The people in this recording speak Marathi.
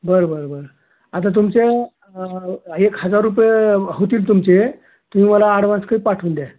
बरं बरं बरं आता तुमचे एक हजार रुपये होतील तुमचे तुम्ही मला आडवान्स काही पाठवून द्या